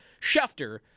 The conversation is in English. Schefter